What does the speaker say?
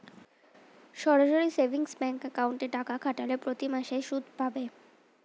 সরাসরি savings bank অ্যাকাউন্টে টাকা খাটালে প্রতিমাসে সুদ পাবে